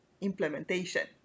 implementation